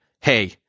hey